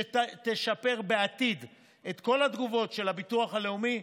שתשפר בעתיד את כל התגובות של הביטוח הלאומי,